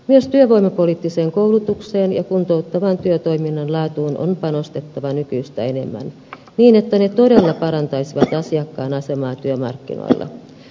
myös työvoimapoliittiseen koulutukseen ja kuntouttavan työtoiminnan laatuun on panostettava nykyistä enemmän niin että ne todella parantaisivat asiakkaan asemaa työmarkkinoilla